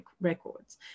records